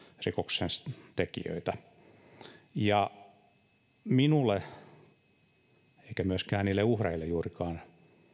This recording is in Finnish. rikoksentekijöitä minulle ei eikä myöskään niille uhreille juurikaan